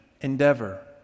endeavor